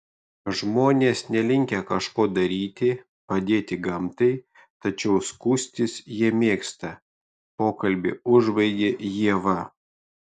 žmonės nelinkę kažko daryti padėti gamtai tačiau skųstis jie mėgsta pokalbį užbaigė ieva